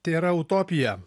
tėra utopija